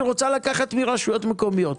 היא רוצה לקחת מרשויות מקומיות.